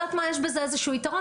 את יודעת מה יש בזה איזשהו יתרון,